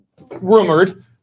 rumored